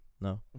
No